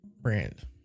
brand